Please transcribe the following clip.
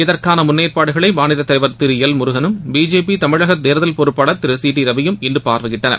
இதற்கான முன்னேற்பாடுகளை மாநிலத்தலைவர் திரு எல் முருகனும் பிஜேபி தமிழக தேர்தல் பொறப்பாளர் திரு சி டி ரவியும் இன்று பார்வையிட்டனர்